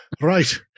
Right